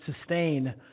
sustain